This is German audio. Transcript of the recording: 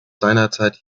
seinerzeit